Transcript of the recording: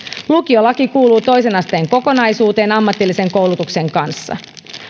lukiolaki kuuluu toisten asteen kokonaisuuteen ammatillisen koulutuksen kanssa